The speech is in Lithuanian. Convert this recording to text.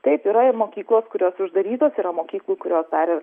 taip yra ir mokyklos kurios uždarytos yra mokyklų kurios dar ir